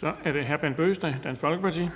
Kl. 14:13 Den fg. formand